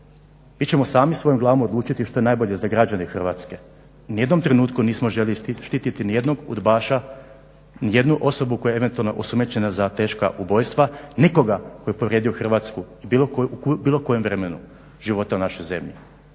Mi ćemo sami svojom glavom odlučiti što je najbolje za građane Hrvatske. Ni u jednom trenutku nismo željeli štititi ni jednog udbaša, i jednu osobu koja je eventualno osumnjičena za teška ubojstva, nikoga tko je povrijedio Hrvatsku u bilo kojem vremenu života u našoj zemlji.